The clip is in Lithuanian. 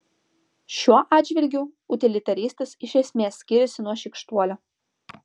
šiuo atžvilgiu utilitaristas iš esmės skiriasi nuo šykštuolio